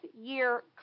year